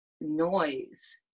noise